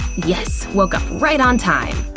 yes! woke up right on time.